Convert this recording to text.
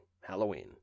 Halloween